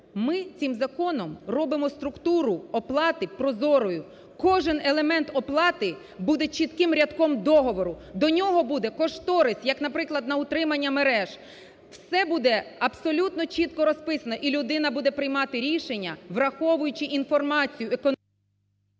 Ми цим законом робимо структуру оплати прозорою, кожен елемент оплати буде чітким рядком договору, до нього буде кошторис, як, наприклад, на утримання мереж. Все буде абсолютно чітко розписано і людина буде приймати рішення враховуючи інформацію… ГОЛОВУЮЧИЙ.